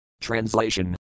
Translation